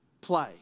play